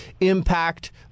impact